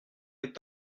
est